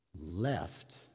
left